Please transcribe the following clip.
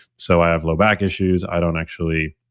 so i have lower back issues. i don't actually